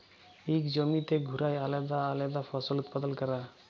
ইক জমিতে ঘুরায় আলেদা আলেদা ফসল উৎপাদল ক্যরা